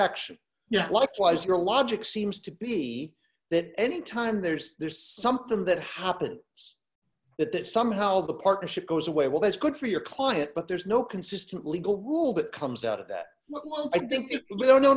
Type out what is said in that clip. action yet like flies your logic seems to be that any time there's there's something that happens it's that that somehow the partnership goes away well that's good for your client but there's no consistent legal rule that comes out of that well i think